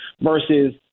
versus